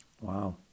Wow